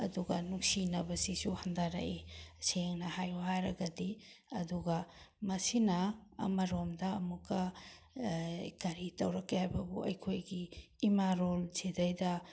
ꯑꯗꯨꯒ ꯅꯨꯡꯁꯤꯅꯕꯁꯤꯁꯨ ꯍꯟꯊꯔꯛꯏ ꯁꯦꯡꯅ ꯍꯥꯏꯌꯣ ꯍꯥꯏꯔꯒꯗꯤ ꯑꯗꯨꯒ ꯃꯁꯤꯅ ꯑꯃꯔꯣꯝꯗ ꯑꯃꯨꯛꯀ ꯀꯔꯤ ꯇꯧꯔꯛꯀꯦ ꯍꯥꯏꯕꯕꯨ ꯑꯩꯈꯣꯏꯒꯤ ꯏꯃꯥ ꯂꯣꯜ ꯁꯤꯗꯩꯗ